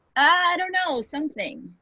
i don't know something,